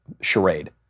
charade